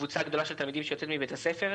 קבוצה גדולה של תלמידים שיוצאת מבית הספר.